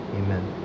amen